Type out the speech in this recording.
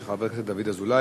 של חבר הכנסת דוד אזולאי: